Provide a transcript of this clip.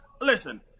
Listen